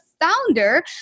founder